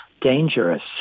dangerous